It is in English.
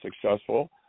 successful